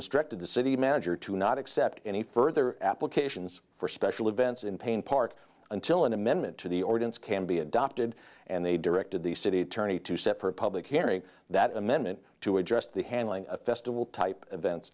instructed the city manager to not accept any further applications for special events in pain park until an amendment to the ordinance can be adopted and they directed the city attorney to set for a public hearing that amendment to address the handling of festival type events